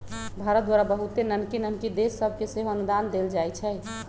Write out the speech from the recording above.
भारत द्वारा बहुते नन्हकि नन्हकि देश सभके सेहो अनुदान देल जाइ छइ